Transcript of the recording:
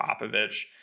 Popovich